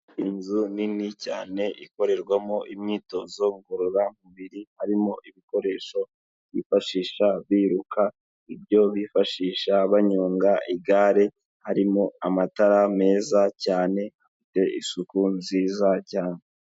Inzu nini cyane ikorerwamo imyitozo ngororamubiri, harimo ibikoresho byifashisha biruka, ibyo bifashisha banyonga igare, harimo amatara meza cyane, hafite isuku nziza cyane.